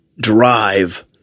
drive